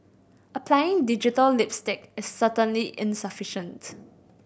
applying digital lipstick is certainly insufficient's